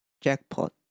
jackpot